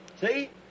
See